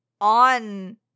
on